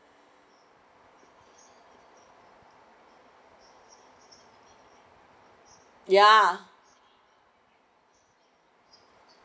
ya